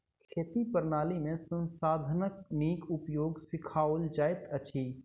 खेती प्रणाली में संसाधनक नीक उपयोग सिखाओल जाइत अछि